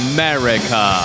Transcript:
America